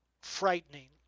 frightening